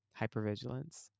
Hypervigilance